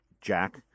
Jack